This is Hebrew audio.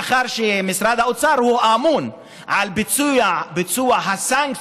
מאחר שמשרד האוצר הוא האמון על ביצוע הסנקציות